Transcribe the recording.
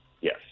Yes